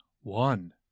one